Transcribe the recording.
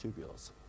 tubules